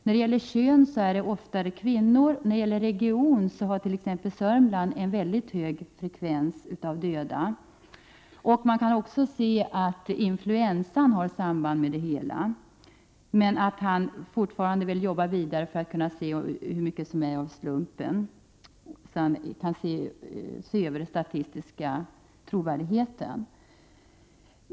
När det gäller kön är det oftare kvinnor, och när det gäller region har t.ex. Sörmland en mycket hög frekvens av döda. Man kan också se att influensan har samband med det hela. Men han vill fortfarande jobba vidare för att kunna se vad som utgör slumpen och se över den statistiska trovärdigheten.